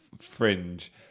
fringe